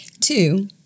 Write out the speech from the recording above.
Two